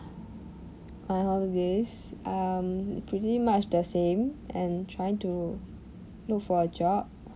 my holidays um pretty much the same and trying to look for a job